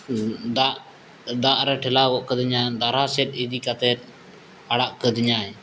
ᱫᱟᱜ ᱫᱟᱜᱨᱮᱭ ᱴᱷᱮᱞᱟᱣ ᱜᱚᱫ ᱠᱟᱹᱫᱤᱧᱟᱭ ᱫᱟᱨᱦᱟᱥᱮᱫ ᱤᱫᱤ ᱠᱟᱛᱮᱫ ᱟᱲᱟᱜ ᱠᱟᱹᱫᱤᱧᱟᱭ